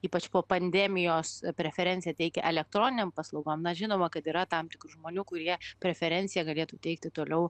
ypač po pandemijos preferenciją teikia elektroninėm paslaugom na žinoma kad yra tam tikrų žmonių kurie preferenciją galėtų teikti toliau